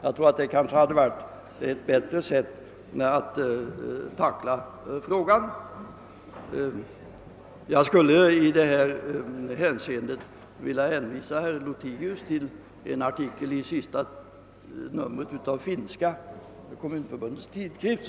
Jag tror att det hade varit ett bättre sätt att tackla detta problem. Jag skulle vilja hänvisa herr Lothigius till en artikel i senaste numret av det finska kommunförbundets tidskrift.